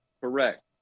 Correct